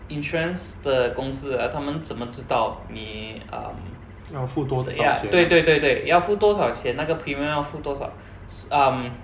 insurance 的公司 ah 他们怎么知道你 um ya 对对对对要付多少钱那个 premium 要付多少 s~ um